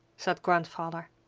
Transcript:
said grandfather.